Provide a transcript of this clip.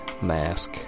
Mask